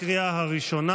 לקריאה הראשונה.